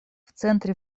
центре